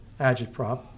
agitprop